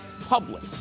Public